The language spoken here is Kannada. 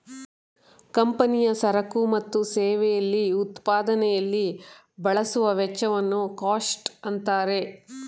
ಕಂಪನಿಯ ಸರಕು ಮತ್ತು ಸೇವೆಯಲ್ಲಿ ಉತ್ಪಾದನೆಯಲ್ಲಿ ಬಳಸುವ ವೆಚ್ಚವನ್ನು ಕಾಸ್ಟ್ ಅಂತಾರೆ